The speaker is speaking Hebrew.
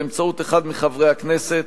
באמצעות אחד מחברי הכנסת.